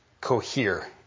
cohere